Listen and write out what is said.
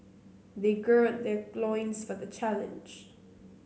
they gird their loins for the challenge